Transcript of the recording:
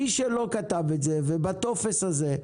מי שלא כתב את זה ובטופס הזה,